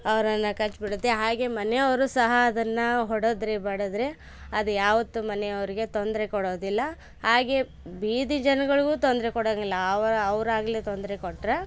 ಅವ್ರನ್ನು ಕಚ್ಚಿಬಿಡತ್ತೆ ಹಾಗೆ ಮನೆಯವರು ಸಹ ಅದನ್ನು ಹೊಡೆದ್ರೆ ಬಡಿದ್ರೆ ಅದ್ಯಾವತ್ತು ಮನೆಯವ್ರಿಗೆ ತೊಂದರೆ ಕೊಡೋದಿಲ್ಲ ಹಾಗೆ ಬೀದಿ ಜನಗಳಿಗು ತೊಂದರೆ ಕೊಡೊಂಗಿಲ್ಲ ಅವ್ರು ಅವ್ರಾಗಲೆ ತೊಂದರೆ ಕೊಟ್ಟರೆ